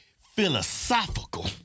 philosophical